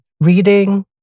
reading